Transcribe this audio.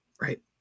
Right